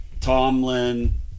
Tomlin